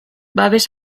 babes